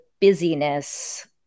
busyness